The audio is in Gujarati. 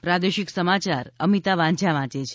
પ્રાદેશિક સમાયાર અમિતા વાંઝા વાંચે છે